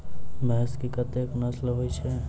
भैंस केँ कतेक नस्ल होइ छै?